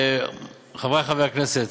וחברי חברי הכנסת,